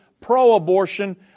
pro-abortion